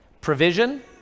provision